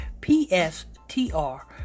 P-S-T-R